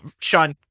Sean